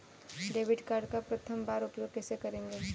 Debit card का प्रथम बार उपयोग कैसे करेंगे?